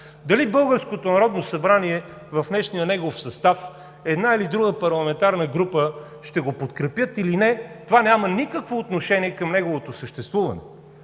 Дали българското Народно събрание в днешния негов състав, една или друга парламентарна група ще го подкрепят или не, това няма никакво отношение към неговото съществуване.